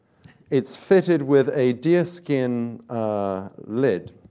it's fitted with a deerskin lid.